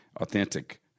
authentic